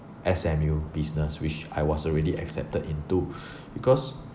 S_M_U business which I was already accepted into because